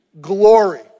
glory